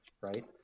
Right